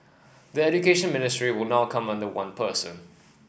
the Education Ministry would now come under one person